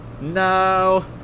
No